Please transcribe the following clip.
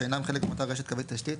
שאינם חלק מאותה רשת קווי תשתית,